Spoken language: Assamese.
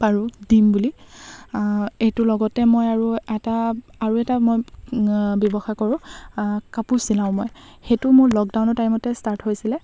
পাৰোঁ দিম বুলি এইটো লগতে মই আৰু এটা আৰু এটা মই ব্যৱসায় কৰোঁ কাপোৰ চিলাওঁ মই সেইটো মোৰ লকডাউনৰ টাইমতে ষ্টাৰ্ট হৈছিলে